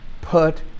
put